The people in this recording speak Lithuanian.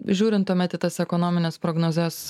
žiūrint tuomet į tas ekonomines prognozes